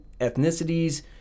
ethnicities